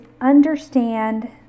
understand